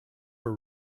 were